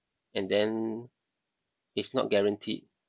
and then it's not guaranteed